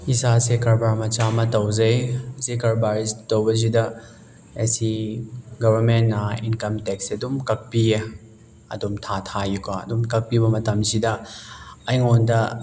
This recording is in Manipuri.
ꯏꯁꯥꯁꯦ ꯀꯔꯕꯥꯔ ꯃꯆꯥ ꯑꯃ ꯇꯧꯖꯩ ꯑꯁꯤ ꯀꯔꯕꯥꯔꯁꯤ ꯇꯧꯕꯁꯤꯗ ꯑꯁꯤ ꯒꯣꯕꯔꯃꯦꯟꯅ ꯏꯟꯀꯝ ꯇꯦꯛꯁꯁꯦ ꯑꯗꯨꯝ ꯀꯛꯄꯤꯌꯦ ꯑꯗꯨꯝ ꯊꯥ ꯊꯥꯒꯤꯀꯣ ꯑꯗꯨꯝ ꯀꯛꯄꯤꯕ ꯃꯇꯝꯁꯤꯗ ꯑꯩꯉꯣꯟꯗ